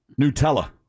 Nutella